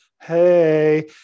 hey